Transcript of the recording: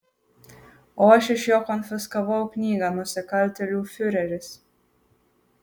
o aš iš jo konfiskavau knygą nusikaltėlių fiureris